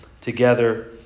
together